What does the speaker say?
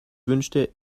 wünschte